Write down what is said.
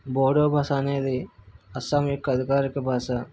బోడో భాష అనేది అస్సాం యొక్క అధికార భాస